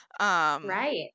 Right